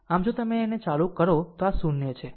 આમ જો તમે તેને ચાલુ કરો તો આ 0 છે